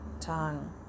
tongue